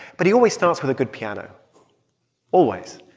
but he always starts with a good piano always.